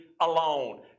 alone